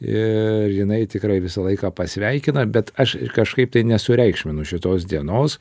ir jinai tikrai visą laiką pasveikina bet aš kažkaip tai nesureikšminu šitos dienos